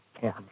form